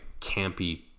campy